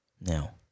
Now